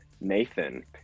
Nathan